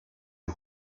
est